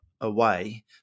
away